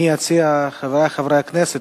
חברי חברי הכנסת,